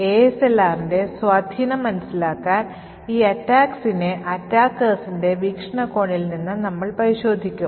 ASLRന്റെ സ്വാധീനം മനസിലാക്കാൻ ഈ attacksനെ attackersൻറെ വീക്ഷണകോണിൽ നിന്ന് നമ്മൾ പരിശോധിക്കും